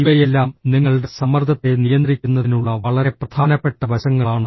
ഇവയെല്ലാം നിങ്ങളുടെ സമ്മർദ്ദത്തെ നിയന്ത്രിക്കുന്നതിനുള്ള വളരെ പ്രധാനപ്പെട്ട വശങ്ങളാണ്